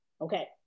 Okay